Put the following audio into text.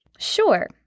Sure